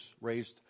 raised